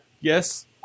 Yes